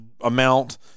amount